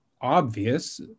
obvious